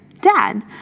Dad